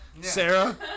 Sarah